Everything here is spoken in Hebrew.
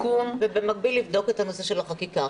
ובמקביל לבדוק את הנושא של החקיקה,